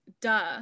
duh